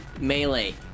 melee